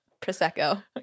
Prosecco